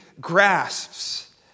grasps